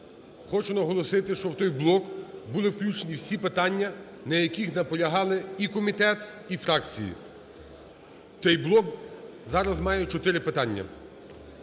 Хочу наголосити, що в той блок були включені всі питання, на яких наполягали і комітет, і фракції. Цей блок зараз має чотири питання.